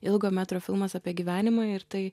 ilgo metro filmas apie gyvenimą ir tai